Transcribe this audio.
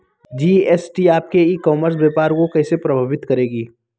GST आपके e commerce व्यापार को कैसे प्रभावित करेगी?